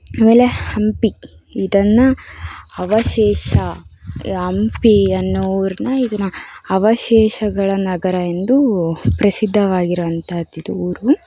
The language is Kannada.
ಆಮೇಲೆ ಹಂಪಿ ಇದನ್ನು ಅವಶೇಷ ಹಂಪಿ ಅನ್ನೋ ಊರನ್ನ ಇದನ್ನ ಅವಶೇಷಗಳ ನಗರ ಎಂದು ಪ್ರಸಿದ್ಧವಾಗಿರುವಂಥದ್ದಿದು ಊರು